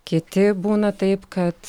kiti būna taip kad